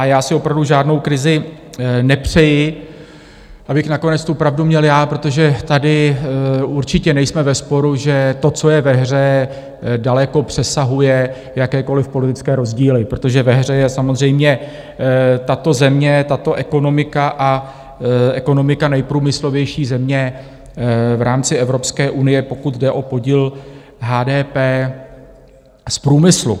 Já si opravdu žádnou krizi nepřeji, abych nakonec tu pravdu měl já, protože tady určitě nejsme ve sporu, že to, co je ve hře, daleko přesahuje jakékoliv politické rozdíly, protože ve hře je samozřejmě tato země, tato ekonomika a ekonomika nejprůmyslovější země v rámci Evropské unie, pokud jde o podíl HDP z průmyslu.